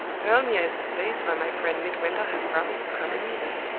hurle mere is the place where my friend midwinter has promised to come and meet us.